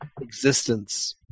existence